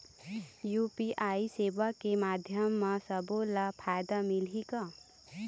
UPI सेवा के माध्यम म सब्बो ला फायदा मिलही का?